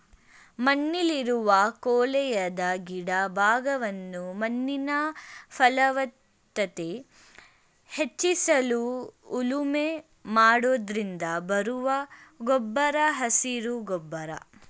ಮಣ್ಣಲ್ಲಿರುವ ಕೊಳೆಯದ ಗಿಡ ಭಾಗವನ್ನು ಮಣ್ಣಿನ ಫಲವತ್ತತೆ ಹೆಚ್ಚಿಸಲು ಉಳುಮೆ ಮಾಡೋದ್ರಿಂದ ಬರುವ ಗೊಬ್ಬರ ಹಸಿರು ಗೊಬ್ಬರ